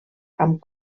amb